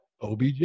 OBJ